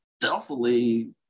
stealthily